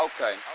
okay